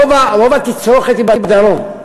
רוב התצרוכת היא בדרום,